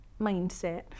mindset